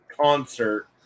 concert